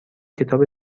کتاب